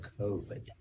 COVID